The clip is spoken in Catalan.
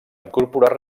incorporar